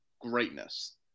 greatness